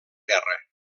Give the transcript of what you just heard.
guerra